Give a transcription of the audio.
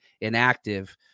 inactive